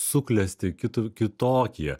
suklesti kituv kitokie